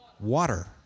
water